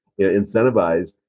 incentivized